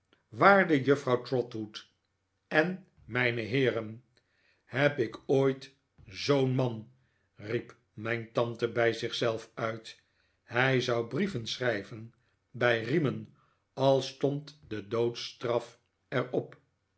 waarde juffrouw trotwood en mijne heeren heb ik ooit zoo'n man riep mijn tante bij zich zelf uit hij zou brieven schrijven bij riemen al stond de doodstraf er